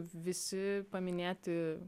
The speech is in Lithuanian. visi paminėti